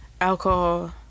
Alcohol